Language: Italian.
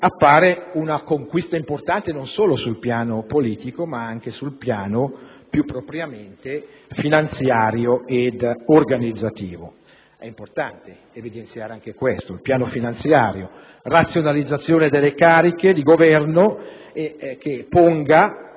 appare una conquista importante non solo sul piano politico ma anche su quello più propriamente finanziario ed organizzativo. È importante evidenziare anche questo aspetto, ossia il piano finanziario: la razionalizzazione delle cariche di Governo si pone